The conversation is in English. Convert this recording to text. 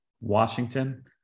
Washington